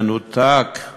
מנותקים